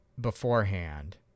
beforehand